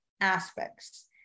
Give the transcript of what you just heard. aspects